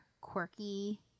quirky